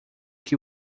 que